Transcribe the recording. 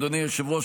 אדוני היושב-ראש,